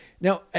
Now